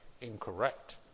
incorrect